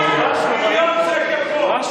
אתה מפריע לה.